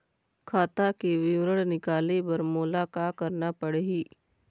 खाता के विवरण निकाले बर मोला का करना पड़ही?